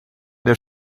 der